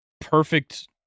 perfect